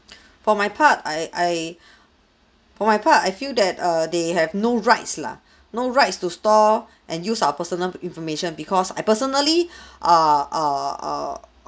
for my part I I for my part I feel that err they have no rights lah no rights to store and use our personal information because I personally err err err